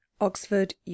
oxford